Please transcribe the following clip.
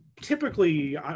typically